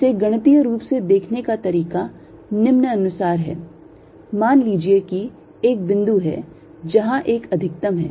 इसे गणितीय रूप से देखने का तरीका निम्नानुसार है मान लीजिए कि एक बिंदु है जहां एक अधिकतम है